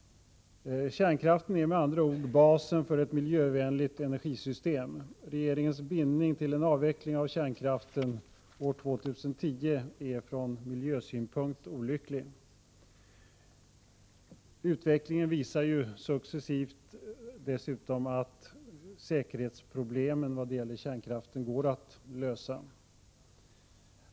Kärnkraften är med andra ord basen för ett miljövänligt energisystem. Regeringens bindning till en avveckling av kärnkraften år 2010 är från miljösynpunkt olycklig. Utvecklingen visar dessutom successivt att säkerhetsproblemen med kärnkraften går att lösa.